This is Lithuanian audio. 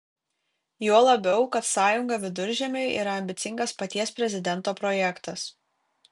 juo labiau kad sąjunga viduržemiui yra ambicingas paties prezidento projektas